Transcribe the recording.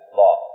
law